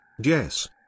Jess